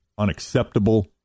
unacceptable